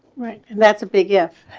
right. and that's a big gift.